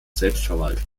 selbstverwaltung